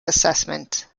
assessment